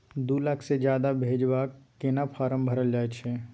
दू लाख से ज्यादा भेजबाक केना फारम भरल जाए छै?